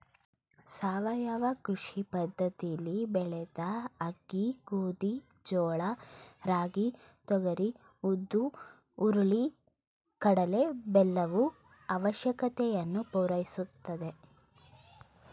ಸಾವಯವ ಕೃಷಿ ಪದ್ದತಿಲಿ ಬೆಳೆದ ಅಕ್ಕಿ ಗೋಧಿ ಜೋಳ ರಾಗಿ ತೊಗರಿ ಉದ್ದು ಹುರುಳಿ ಕಡಲೆ ಬೆಲ್ಲವು ಅವಶ್ಯಕತೆಯನ್ನು ಪೂರೈಸುತ್ತದೆ